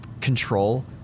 control